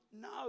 No